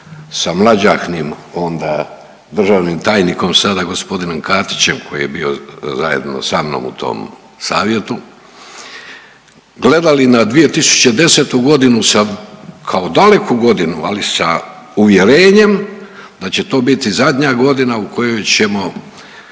sa mlađahnim onda državnim tajnikom, sada g. Katićem koji je bio zajedno sa mnom u tom savjetu, gledali na 2010.g. sa, kao daleku godinu, ali sa uvjerenjem da će to biti zadnja godina u kojoj ćemo